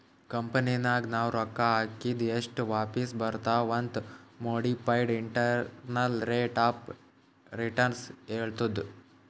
ಕಂಪನಿನಾಗ್ ನಾವ್ ರೊಕ್ಕಾ ಹಾಕಿದ್ ಎಸ್ಟ್ ವಾಪಿಸ್ ಬರ್ತಾವ್ ಅಂತ್ modified internal rate of return ಹೇಳ್ತುದ್